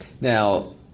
now